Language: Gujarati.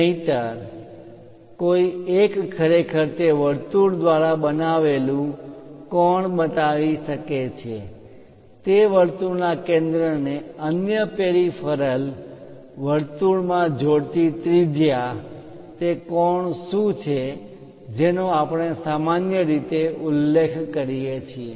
નહિંતર કોઈ એક ખરેખર તે વર્તુળ દ્વારા બનાવેલું કોણ બતાવી શકે છે તે વર્તુળના કેન્દ્ર ને અન્ય પેરિફેરલ પરિઘમાં વર્તુળોમાં જોડતી ત્રિજ્યા તે કોણ શું છે જેનો આપણે સામાન્ય રીતે ઉલ્લેખ પણ કરીએ છીએ